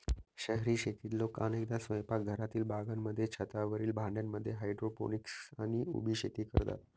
शहरी शेतीत लोक अनेकदा स्वयंपाकघरातील बागांमध्ये, छतावरील भांड्यांमध्ये हायड्रोपोनिक्स आणि उभी शेती करतात